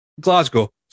Glasgow